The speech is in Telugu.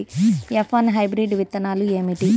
ఎఫ్ వన్ హైబ్రిడ్ విత్తనాలు ఏమిటి?